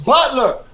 Butler